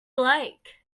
like